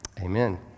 Amen